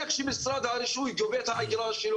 איך שמשרד הרישוי גובה את האגרה שלו,